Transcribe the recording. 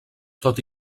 tot